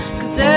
cause